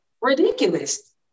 ridiculous